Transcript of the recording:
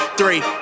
three